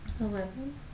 Eleven